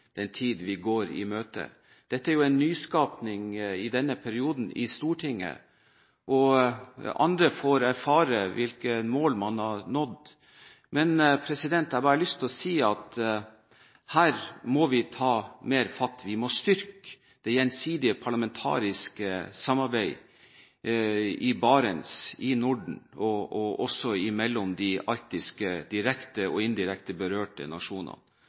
tid vi går i møte. Det er en nyskapning i Stortinget denne perioden – og andre får erfare hvilke mål man har nådd – men jeg har bare lyst til å si at her må vi ta mer fatt. Vi må styrke det gjensidige parlamentariske samarbeidet i Barents og i Norden, og også mellom de direkte og indirekte berørte arktiske nasjonene.